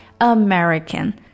American